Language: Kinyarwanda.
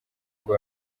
ngo